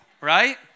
Right